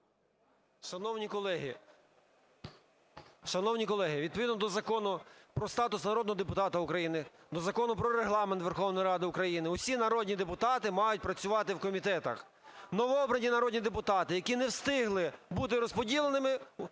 Шановні колеги, відповідно до Закону "Про статус народного депутата України", до Закону "Про Регламент Верховної Ради України" усі народні депутати мають працювати в комітетах. Новообрані народні депутати, які не встигли бути розподіленими